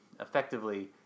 effectively